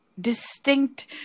distinct